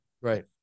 right